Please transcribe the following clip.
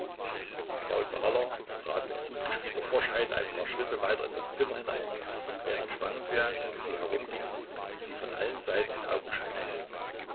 frau saaler trat mit gut gespielter forschheit ein paar schritte weiter in das zimmer hinein während spangenberg um sie herumging um sie von allen seiten in augenschein zu nehmen